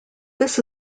this